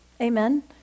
Amen